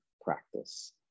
practice